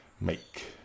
Make